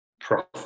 profit